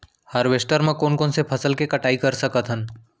Harvester म कोन कोन से फसल के कटाई कर सकथन?